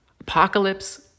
Apocalypse